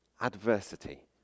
adversity